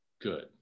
good